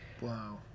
wow